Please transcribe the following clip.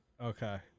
Okay